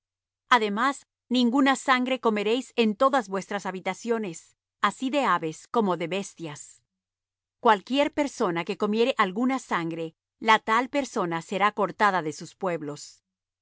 además ninguna sangre comeréis en todas vuestras habitaciones así de aves como de bestias cualquiera persona que comiere alguna sangre la tal persona será cortada de sus pueblos